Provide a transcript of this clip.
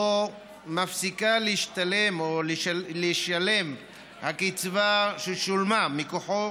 שבו מפסיקה להשתלם הקצבה ששולמה מכוחו